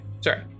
Sorry